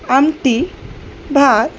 आमटी भात